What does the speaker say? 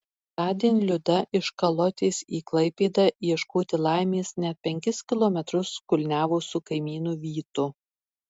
tądien liuda iš kalotės į klaipėdą ieškoti laimės net penkis kilometrus kulniavo su kaimynu vytu